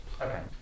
Okay